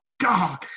God